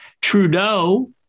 Trudeau